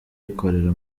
ikorera